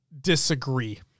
disagree